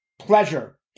pleasure